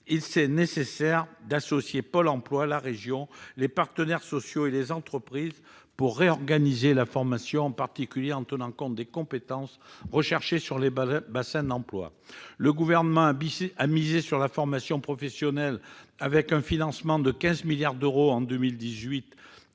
Il est nécessaire d'associer Pôle emploi, la région, les partenaires sociaux et les entreprises pour réorganiser la formation, en particulier en tenant compte des compétences recherchées dans les bassins d'emploi. Le Gouvernement a misé sur la formation professionnelle, avec un financement de 15 milliards d'euros entre 2018